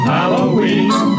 Halloween